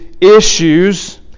issues